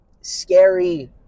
scary